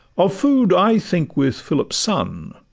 of food i think with philip's son,